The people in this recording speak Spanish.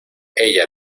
ella